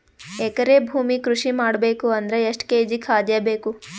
ಎಕರೆ ಭೂಮಿ ಕೃಷಿ ಮಾಡಬೇಕು ಅಂದ್ರ ಎಷ್ಟ ಕೇಜಿ ಖಾದ್ಯ ಬೇಕು?